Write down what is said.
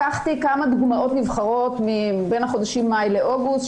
לקחתי כמה דוגמאות נבחרות מהחודשים מאי עד אוגוסט,